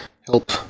help